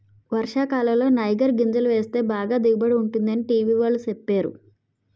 వర్షాకాలంలో నైగర్ గింజలు వేస్తే బాగా దిగుబడి ఉంటుందని టీ.వి వాళ్ళు సెప్పేరు